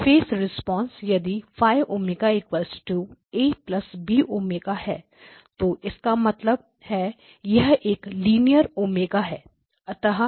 face response यदि ϕ ωabω है तो इसका मतलब है यह एक लीनियर ओमेगा linear ωहै